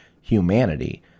humanity